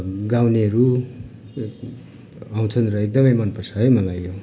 गाउनेहरू आउँछन् र एकदमै मन पर्छ है मलाई यो